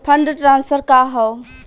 Fund transfer का हव?